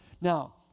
Now